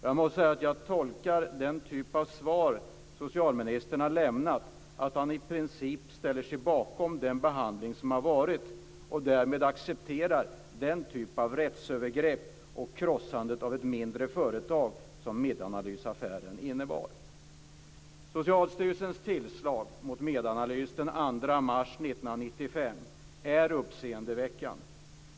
Jag måste säga att jag tolkar den typ av svar som socialministern har lämnat som att han i princip ställer sig bakom den behandling som har varit, och därmed accepterar den typ av rättsövergrepp och krossande av ett mindre företag som Medanalysaffären innebar. mars 1995 är uppseendeväckande.